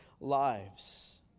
lives